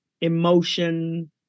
emotion